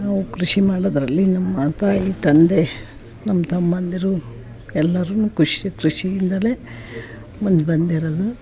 ನಾವು ಕೃಷಿ ಮಾಡೋದ್ರಲ್ಲಿ ನಮ್ಮ ತಾಯಿ ತಂದೆ ನಮ್ಮ ತಮ್ಮಂದಿರು ಎಲ್ಲರು ಕೃಷಿ ಕೃಷಿಯಿಂದಲೇ ಮುಂದೆ ಬಂದಿರೋದು